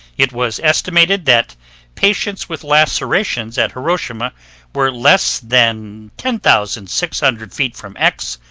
it was estimated that patients with lacerations at hiroshima were less than ten thousand six hundred feet from x,